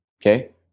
okay